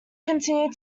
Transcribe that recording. continued